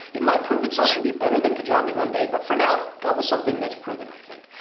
it might prove itself to be better than kajabi one day, but for now go with something that's proven i think.